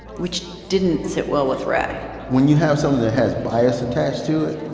which didn't sit well with ray when you have something that has bias attached to it,